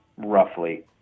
roughly